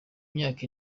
myaka